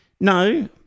No